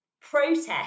protest